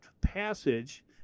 passage